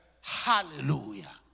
Hallelujah